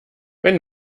wenn